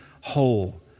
whole